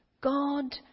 God